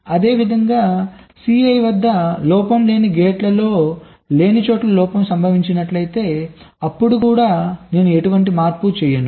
అదేవిధంగా Cl వద్ద లోపం లేని గేట్లో లేని చోట లోపం సంభవించినట్లయితే అప్పుడు కూడా నేను ఎటువంటి మార్పు చేయను